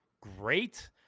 great